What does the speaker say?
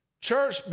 Church